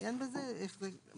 אעיין בזה, אראה איך זה מופיע.